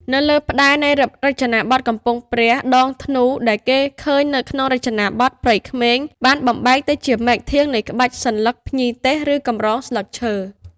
នៅលើផ្តែរនៃរចនាបថកំពង់ព្រះ ដងធ្នូដែលគេឃើញនៅក្នុងរចនាបថ ព្រៃក្មេងបានបំបែកទៅជាមែកធាងនៃក្បាច់សន្លឹកភ្ញីទេសឬកម្រងស្លឹកឈើ ។